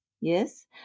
yes